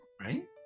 right